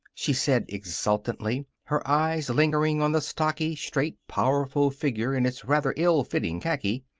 she said exultantly, her eyes lingering on the stocky, straight, powerful figure in its rather ill-fitting khaki.